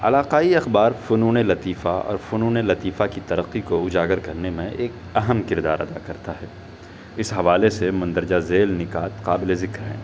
علاقائی اخبار فنون لطیفہ اور فنون لطیفہ کی ترقی کو اجاگر کرنے میں ایک اہم کردار ادا کرتا ہے اس حوالے سے مندرجہ ذیل نکات قابل ذکر ہیں